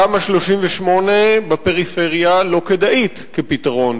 תמ"א 38 בפריפריה לא כדאית כפתרון,